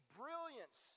brilliance